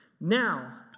Now